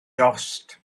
dost